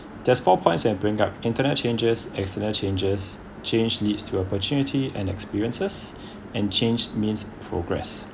that's four points and bring up internet changes external changes change leads to opportunity and experiences and change means progress